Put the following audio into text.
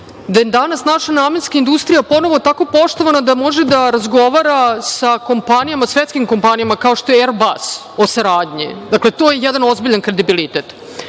da je danas naša namenska industrija ponovo tako poštovana da može da razgovara sa svetskim kompanijama, kao što je „Er-bas“ o saradnji. Dakle, to je jedan ozbiljan kredibilitet.